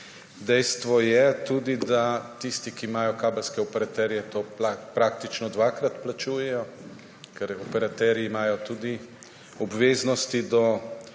Dejstvo je tudi, da tisti, ki imajo kabelske operaterje, to praktično dvakrat plačujejo, ker operaterji imajo tudi obveznosti do